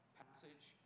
passage